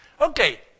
Okay